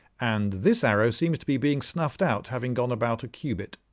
and this arrow seems to be being snuffed out having gone about a cubit.